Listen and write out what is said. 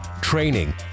training